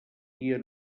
dia